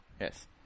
Yes